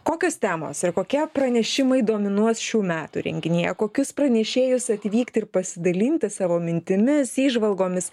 kokios temos ir kokie pranešimai dominuos šių metų renginyje kokius pranešėjus atvykti ir pasidalinti savo mintimis įžvalgomis